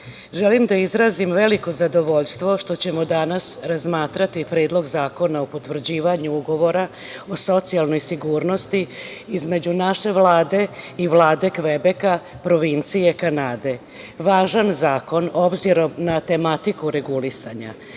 želim da izrazim veliko zadovoljstvo što ćemo danas razmatrati Predlog zakona o potvrđivanju Ugovora o socijalnoj sigurnosti između naše Vlade i Vlade Kvebeka, provincije Kanade. Važan zakon obzirom na tematiku regulisanja,